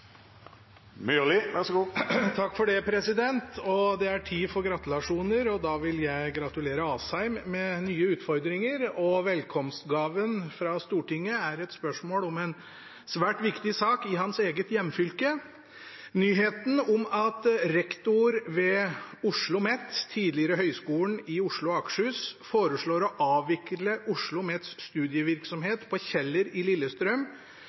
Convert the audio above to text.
da vil jeg gratulere statsråd Asheim med nye utfordringer. Velkomstgaven fra Stortinget er et spørsmål om en svært viktig sak i hans eget hjemfylke: «Nyheten om at rektor ved OsloMet – tidligere Høgskolen i Oslo og Akershus – foreslår å avvikle OsloMets studievirksomhet på Kjeller i Lillestrøm,